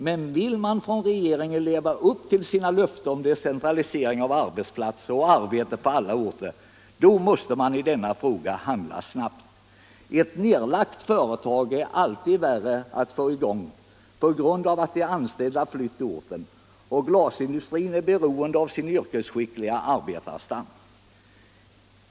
Men vill re geringen leva upp till sina löften om decentralisering av arbetsplatser och arbete på alla orter då måste man i denna fråga handla snabbt. Ett nedlagt företag är alltid värre att få i gång på grund av att de anställda flytt orten, och glasindustrin är beroende av sin yrkesskickliga arbetarstam.